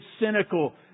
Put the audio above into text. cynical